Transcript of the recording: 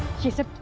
she said